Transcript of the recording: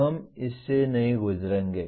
हम इससे नहीं गुजरेंगे